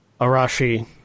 Arashi